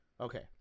Okay